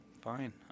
fine